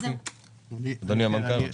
אדוני המנכ"ל.